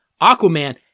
Aquaman